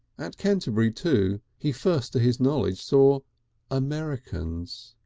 at canterbury, too, he first to his knowledge saw americans.